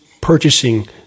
purchasing